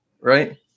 right